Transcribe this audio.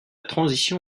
transition